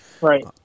Right